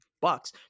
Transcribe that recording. bucks